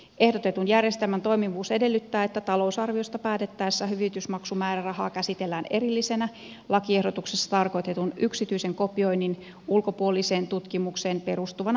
ehdotetun järjestelmän toimivuus edellyttää että talousarviosta päätettäessä hyvitysmaksumäärärahaa käsitellään erillisenä lakiehdotuksessa tarkoitetun yksityisen kopioinnin ulkopuoliseen tutkimukseen perustuvana harkinnanvaraisena eränä